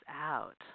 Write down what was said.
out